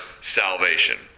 salvation